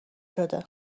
شده